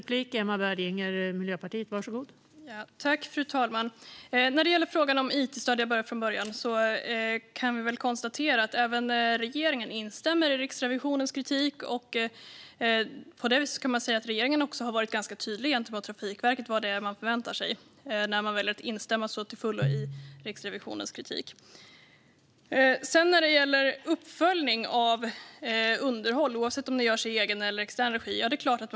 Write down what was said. Fru talman! Vad gäller frågan om it-stöd instämmer regeringen till fullo i Riksrevisionens kritik och är därmed tydlig med vad man förväntar sig av Trafikverket. Givetvis ska man ha någon form av uppföljning av underhållet oavsett om det görs i egen eller extern regi.